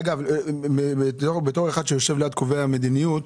אגב, בתור אחד שיושב ליד קובעי המדיניות,